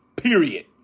Period